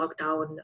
lockdown